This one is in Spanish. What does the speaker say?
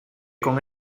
con